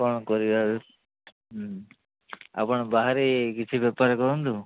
କ'ଣ କରିବା ଏବେ ହୁଁ ଆପଣ ବାହାରେ କିଛି ବେପାର କରନ୍ତୁ